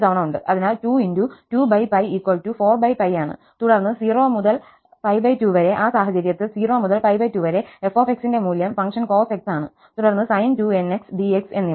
അതിനാൽ 2 × 2 4ആണ് തുടർന്ന് 0 മുതൽ 2 വരെ ആ സാഹചര്യത്തിൽ 0 മുതൽ 2 വരെ f ന്റെ മൂല്യം ഫംഗ്ഷൻ cos x ആണ് തുടർന്ന് sin 2nx dx എന്നിവ